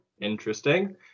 interesting